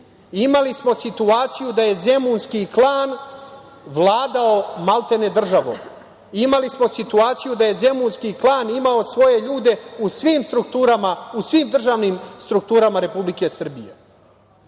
smo situaciju da je zemunski klan vladao, maltene, državom. Imali smo situaciju da je zemunski klan imao svoje ljude u svim strukturama, u svim državnim strukturama Republike Srbije.